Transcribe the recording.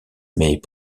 mais